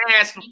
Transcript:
ass